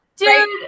Dude